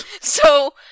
so-